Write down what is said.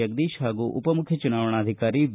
ಜಗದೀಶಹಾಗೂಉಪ ಮುಖ್ಯ ಚುನಾವಣಾಧಿಕಾರಿ ವಿ